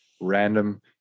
random